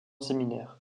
séminaire